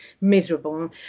miserable